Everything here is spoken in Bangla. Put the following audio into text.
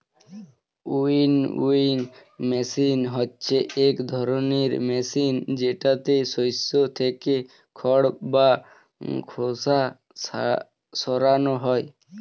উইনউইং মেশিন হচ্ছে এক ধরনের মেশিন যেটাতে শস্য থেকে খড় বা খোসা সরানো হয়